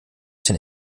den